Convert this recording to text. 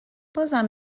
بازم